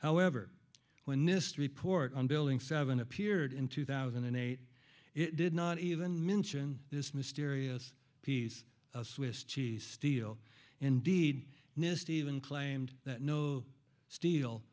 however when nist report on building seven appeared in two thousand and eight it did not even mention this mysterious piece of swiss cheese steel indeed nist even claimed that no ste